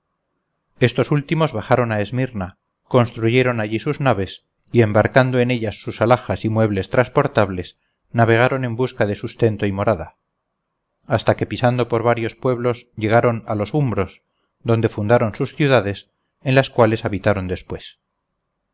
estos últimos bajaron a esmirna construyeron allí sus naves y embarcando en ellas sus alhajas y muebles transportables navegaron en busca de sustento y morada hasta que pisando por varios pueblos llegaron a los umbros donde fundaron sus ciudades en las cuales habitaron después